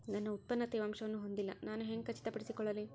ನನ್ನ ಉತ್ಪನ್ನ ತೇವಾಂಶವನ್ನು ಹೊಂದಿಲ್ಲಾ ನಾನು ಹೆಂಗ್ ಖಚಿತಪಡಿಸಿಕೊಳ್ಳಲಿ?